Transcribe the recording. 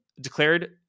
declared